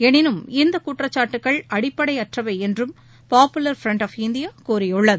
எனினும் இந்தக் குற்றச்சாட்டுகள் அடிப்படையற்றவை என்றும் பாபுலர் ஃப்ரன்ட் ஆஃப் இந்தியா கூறியுள்ளது